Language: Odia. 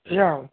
ସେଇୟା ଆଉ